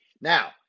Now